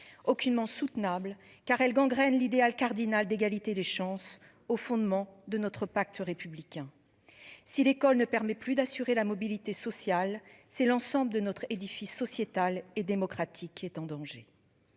Aucunement soutenable, car elle gangrène l'idéal cardinal d'égalité des chances au fondement de notre pacte républicain. Si l'école ne permet plus d'assurer la mobilité sociale, c'est l'ensemble de notre édifice sociétal et démocratique qui est en danger.